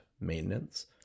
maintenance